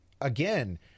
again